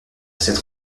cette